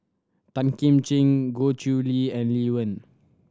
Tan Kim Ching Goh Chiew Lye and Lee Wen